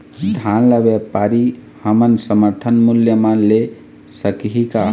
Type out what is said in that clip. धान ला व्यापारी हमन समर्थन मूल्य म ले सकही का?